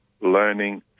Learning